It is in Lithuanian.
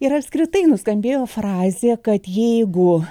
ir apskritai nuskambėjo frazė kad jeigu